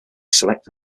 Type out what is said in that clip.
select